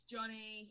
Johnny